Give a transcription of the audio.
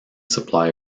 supply